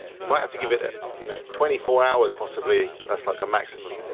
you might have to give it it you know twenty four hours possibly, that's like a maximum,